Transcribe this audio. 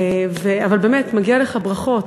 אבל באמת מגיע לך ברכות.